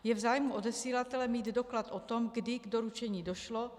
Je v zájmu odesilatele mít doklad o tom, kdy k doručení došlo.